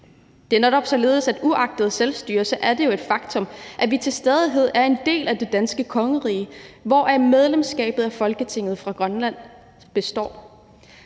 følge op på arbejdet. Uagtet selvstyre er det jo et faktum, at vi til stadighed er en del af det danske kongerige, hvorfor medlemskabet af Folketinget for Grønland består.